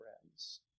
friends